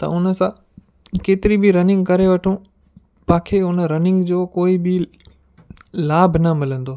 त उन सां केतिरी बि रनिंग करे वठूं पाणखे उन रनिंग जो कोई बि लाभ न मिलंदो